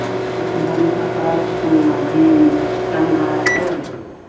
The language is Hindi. इस घड़ी का प्राइस तो अभी चल रहा है